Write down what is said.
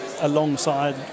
alongside